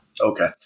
okay